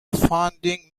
founding